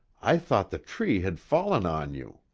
i thought the tree had fallen on you!